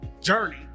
journey